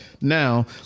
Now